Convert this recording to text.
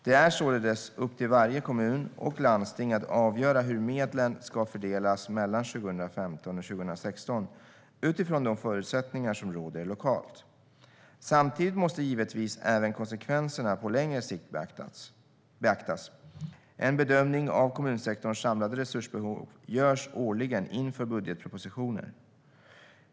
Det är således upp till varje kommun och landsting att avgöra hur medlen ska fördelas mellan 2015 och 2016 utifrån de förutsättningar som råder lokalt. Samtidigt måste givetvis även konsekvenserna på längre sikt beaktas. En bedömning av kommunsektorns samlade resursbehov görs årligen inför budgetpropositionen.